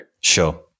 Sure